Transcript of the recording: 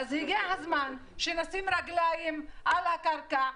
אז הגיע הזמן שנשים רגליים על הקרקע,